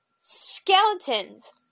skeletons